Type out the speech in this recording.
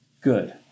good